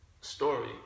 story